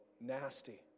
nasty